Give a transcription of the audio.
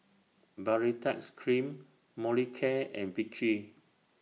Baritex Cream Molicare and Vichy